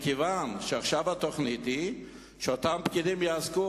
מכיוון שהתוכנית עכשיו היא שאותם פקידים יעסקו